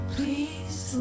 Please